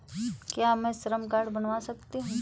क्या मैं श्रम कार्ड बनवा सकती हूँ?